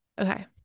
okay